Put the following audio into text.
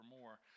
more